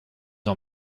ont